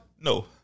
No